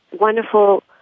wonderful